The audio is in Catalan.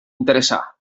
interessar